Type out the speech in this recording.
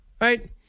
right